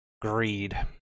greed